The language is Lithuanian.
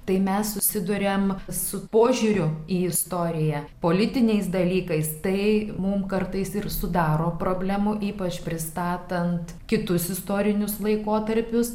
tai mes susiduriame su požiūriu į istoriją politiniais dalykais tai mums kartais ir sudaro problemų ypač pristatant kitus istorinius laikotarpius